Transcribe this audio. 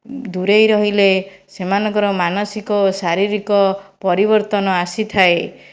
ଦୂରାଇ ରହିଲେ ସେମାନଙ୍କର ମାନସିକ ଶାରୀରିକ ପରିବର୍ତ୍ତନ ଆସିଥାଏ